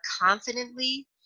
confidently